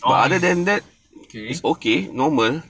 okay